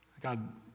God